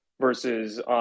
versus –